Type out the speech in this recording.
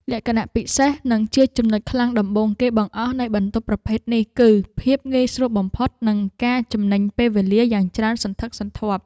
លក្ខណៈពិសេសនិងជាចំណុចខ្លាំងដំបូងគេបង្អស់នៃបន្ទប់ប្រភេទនេះ គឺភាពងាយស្រួលបំផុតនិងការចំណេញពេលវេលាយ៉ាងច្រើនសន្ធឹកសន្ធាប់។